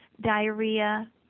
diarrhea